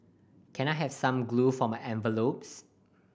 can I have some glue for my envelopes